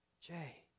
Jay